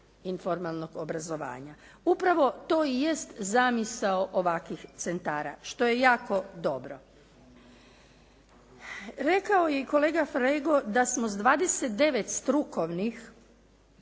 informalnog obrazovanja. Upravo to i jest zamisao ovakvih centara što je jako dobro. Rekao je i kolega Flego da smo s 29 strukovnih